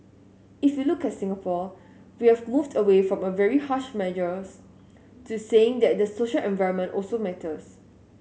if you look at Singapore we have moved away from very harsh measures to saying that the social environment also matters